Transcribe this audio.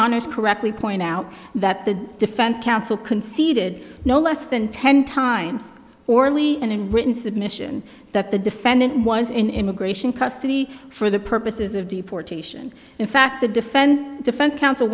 honour's correctly point out that the defense counsel conceded no less than ten times orly and in written submission that the defendant was in immigration custody for the purposes of deportation in fact the defense defense counsel